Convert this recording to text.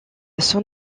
son